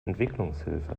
entwicklungshilfe